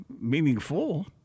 meaningful